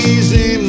Easy